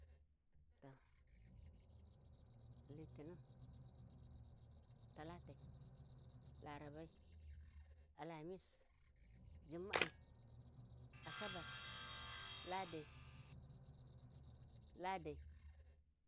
Ta Littinin, Talatai, Larabai Alamis, Jumma'ai, Asabar Ladai Ladai